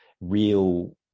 real